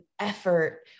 effort